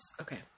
okay